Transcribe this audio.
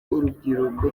urubyiruko